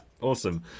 Awesome